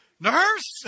Nurse